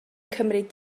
cymryd